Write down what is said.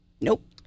Nope